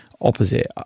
opposite